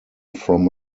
from